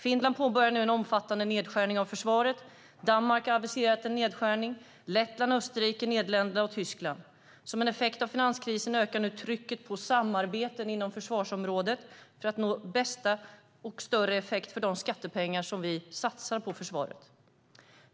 Finland påbörjar nu en omfattande nedskärning av försvaret. Danmark har aviserat en nedskärning, liksom Lettland, Österrike, Nederländerna och Tyskland. Som en effekt av finanskrisen ökar nu trycket på samarbete inom försvarsområdet för att nå större effekt för de skattepengar som vi satsar på försvaret.